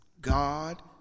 God